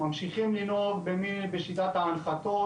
ממשיכים לנהוג בשיטת ההנחתות.